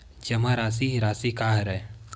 जमा राशि राशि का हरय?